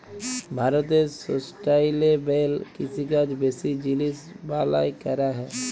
ভারতে সুস্টাইলেবেল কিষিকাজ বেশি জিলিস বালাঁয় ক্যরা হ্যয়